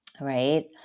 right